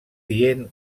dient